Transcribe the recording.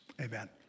Amen